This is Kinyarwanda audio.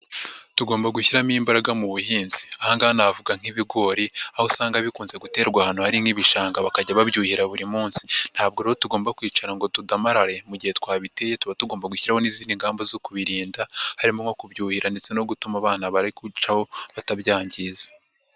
Tugomba gushyiramo imbaraga mu buhinzi aha ngaha navuga nk'ibigori aho usanga bikunze guterwa ahantu hari nk'ibishanga bakajya babyuhira buri munsi, ntabwo rero tugomba kwicara ngo tudamarare mu gihe twabiteye tuba tugomba gushyiraho izindi ngamba zo kubirinda harimo nko kubyuhira ndetse no gutuma abana bari kubicaho batabyangiza.